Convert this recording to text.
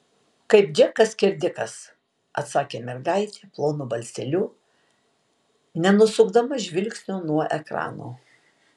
kaip džekas skerdikas atsakė mergaitė plonu balseliu nenusukdama žvilgsnio nuo ekrano